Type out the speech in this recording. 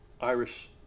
Irish